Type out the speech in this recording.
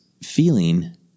feeling